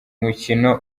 mukino